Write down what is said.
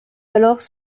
alors